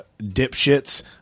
dipshits